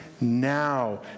now